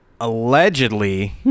allegedly